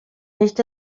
nicht